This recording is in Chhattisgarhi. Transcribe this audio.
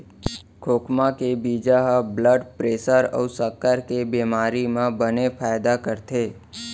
खोखमा के बीजा ह ब्लड प्रेसर अउ सक्कर के बेमारी म बने फायदा करथे